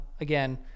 again